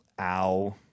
Ow